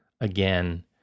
again